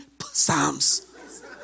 psalms